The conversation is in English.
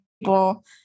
people